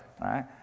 right